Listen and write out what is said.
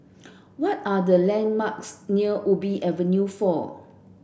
what are the landmarks near Ubi Avenue four